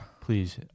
Please